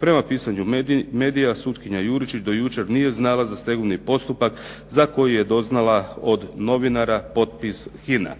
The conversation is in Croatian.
Prema pisanju medija sutkinja Juričić do jučer nije znala za stegovni postupak za koji je doznala od novinara, potpis HINA.